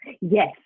Yes